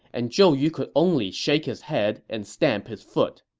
and zhou yu could only shake his head and stamp his foot